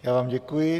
Já vám děkuji.